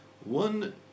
one